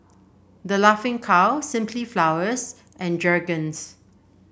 The Laughing Cow Simply Flowers and Jergens